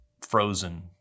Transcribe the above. frozen